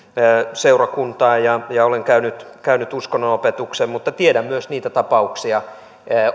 seurakuntaan ja ja olen käynyt käynyt uskonnonopetuksen mutta opettajana tiedän myös niitä tapauksia